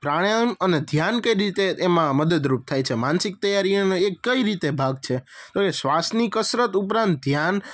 પ્રાણાયામ અને ધ્યાન કઈ રીતે એમાં મદદરૂપ થાય છે માનસિક તૈયારીઓનો એ કઈ રીતે ભાગ છે હવે શ્વાસની કસરત ઉપરાંત ધ્યાન